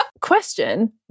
Question